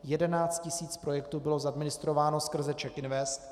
Jedenáct tisíc projektů bylo zadministrováno skrze CzechInvest.